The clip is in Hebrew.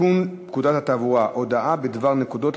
תיקון פקודת התעבורה (הודעה בדבר נקודות),